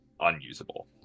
unusable